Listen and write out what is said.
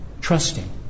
trusting